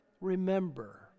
remember